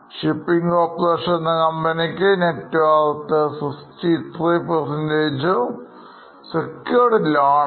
shipping corporation എന്ന കമ്പനിക്ക് networth 63 ആണ്